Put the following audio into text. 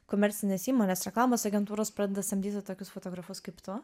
komercinės įmonės reklamos agentūros pradeda samdyti tokius fotografus kaip tu